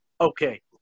okay